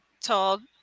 told